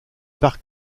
par